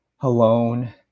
alone